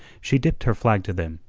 she dipped her flag to them,